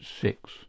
six